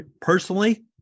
personally